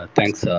Thanks